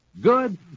Good